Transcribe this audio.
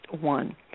one